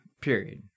Period